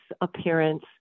appearance